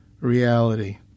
reality